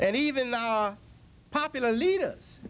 and even the popular leaders